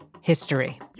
history